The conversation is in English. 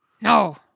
No